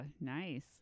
Nice